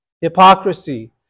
hypocrisy